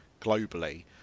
globally